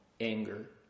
anger